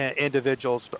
individuals